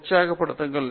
உற்சாகப்படுத்துங்கள்